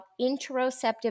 interoceptive